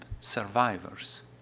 survivors